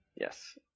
Yes